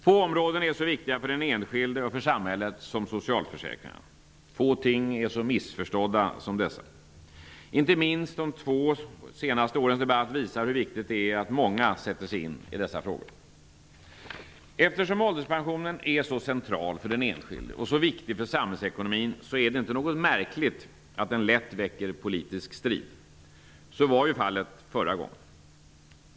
Få områden är så viktiga för den enskilde och för samhället som socialförsäkringarna. Få ting är så missförstådda som dessa. Inte minst de två senaste årens debatt visar hur viktigt det är att många sätter sig in i dessa frågor. Eftersom ålderspensionen är så central för den enskilde och så viktig för samhällsekonomin är det inte något märkligt att den lätt väcker politisk strid. Så var ju fallet förra gången.